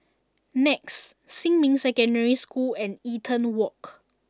Nex Xinmin Secondary School and Eaton Walk